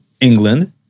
England